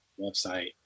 website